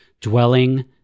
dwelling